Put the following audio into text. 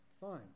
fine